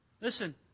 Listen